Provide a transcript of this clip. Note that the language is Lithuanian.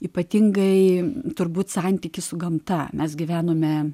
ypatingai turbūt santykis su gamta mes gyvenome